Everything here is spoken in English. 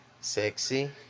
Sexy